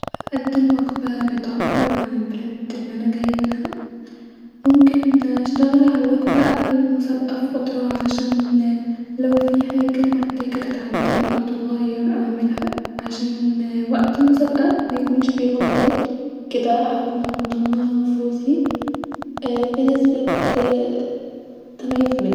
هقدم وجبه بتعب-ر عن البلاد الي انا جايه منها-ممكن اشتغل على الوجبه قبل المسابقه بفتره عشا-ن لو في حاجه محتاجه تتعدل او تتغير أعملها-عشا-ن وقت المابقه ميكونش فيه غلطات-كدا هكون ضامنه فوزي بنسبه تمانين في المئه